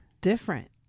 different